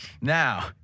Now